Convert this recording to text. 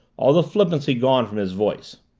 all the flippancy gone from his voice,